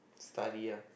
study ah